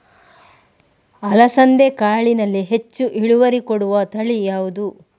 ಅಲಸಂದೆ ಕಾಳಿನಲ್ಲಿ ಹೆಚ್ಚು ಇಳುವರಿ ಕೊಡುವ ತಳಿ ಯಾವುದು?